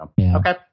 Okay